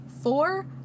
Four